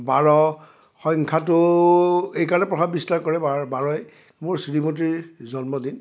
বাৰ সংখ্যাটো এইকাৰণে প্ৰভাৱ বিস্তাৰ কৰে বাৰই বাৰই মোৰ শ্ৰীমতীৰ জন্মদিন